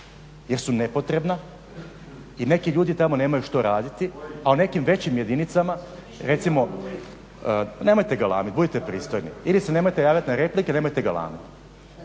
jer su nepotrebna i neki ljudi tamo nemaju što raditi. A u nekim većim jedinicama recimo, nemojte galamiti, budite pristojni ili se nemojte javljati na replike, nemojte galamiti.